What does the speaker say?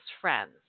friends